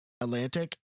Atlantic